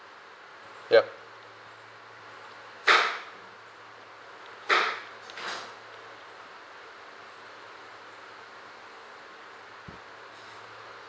yup